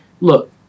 look